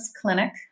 Clinic